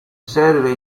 serve